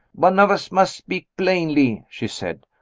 one of us must speak plainly, she said.